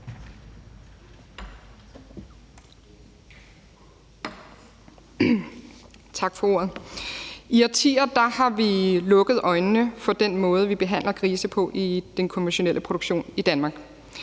Tak for ordet. I årtier har vi lukket øjnene for den måde, vi behandler grise på i den konventionelle produktion i Danmark.